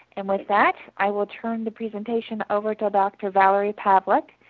and with that, i will turn the presentation over to dr. valory pavlik,